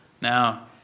Now